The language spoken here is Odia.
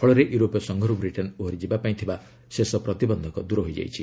ଫଳରେ ୟୁରୋପୀୟ ସଂଘରୁ ବ୍ରିଟେନ୍ ଓହରି ଯିବା ପାଇଁ ଥିବା ଶେଷ ପ୍ରତିବନ୍ଧକ ଦୂର ହୋଇଯାଇଛି